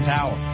Tower